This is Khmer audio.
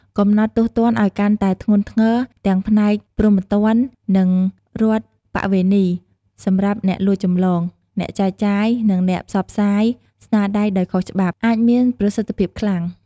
កំណត់ទោសទណ្ឌឱ្យកាន់តែធ្ងន់ធ្ងរទាំងផ្នែកព្រហ្មទណ្ឌ និងរដ្ឋប្បវេណីសម្រាប់អ្នកលួចចម្លង អ្នកចែកចាយ និងអ្នកផ្សព្វផ្សាយស្នាដៃដោយខុសច្បាប់ អាចមានប្រសិទ្ធភាពខ្លាំង។